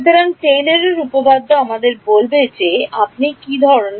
সুতরাং টেলরের উপপাদ্য Tailor'sআমাদের বলবে যে আপনি জানেন